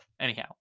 Anyhow